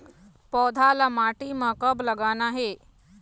पौधा ला माटी म कब लगाना हे?